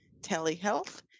telehealth